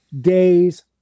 days